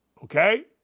Okay